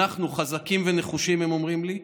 אנחנו חזקים ונחושים, הם אומרים לי.